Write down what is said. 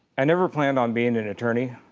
and never planned on being an attorney.